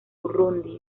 burundi